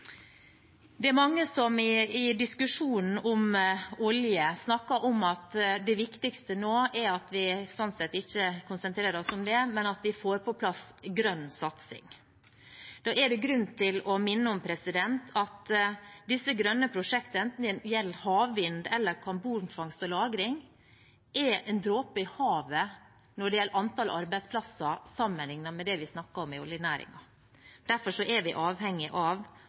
Det er mange som i diskusjonen om olje snakker om at det viktigste nå er at vi ikke konsentrerer oss om det, men at vi får på plass grønn satsing. Da er det grunn til å minne om at disse grønne prosjektene, enten det gjelder havvind eller karbonfangst og -lagring, er en dråpe i havet når det gjelder antall arbeidsplasser sammenlignet med det vi snakker om i oljenæringen. Derfor er vi avhengig av